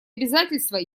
обязательства